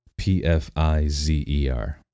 PFIZER